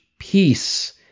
peace